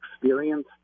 experience